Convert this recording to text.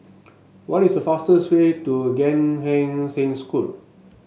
what is the fastest way to Gan Eng Seng School